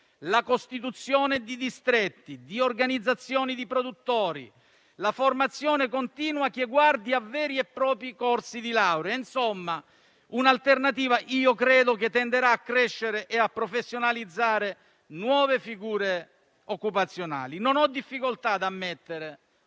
la costituzione di distretti e organizzazioni di produttori e la formazione continua che guardi a veri e propri corsi di laurea; insomma, un'alternativa che tenderà a crescere e a professionalizzare nuove figure occupazionali. Non ho difficoltà ad ammettere,